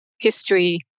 history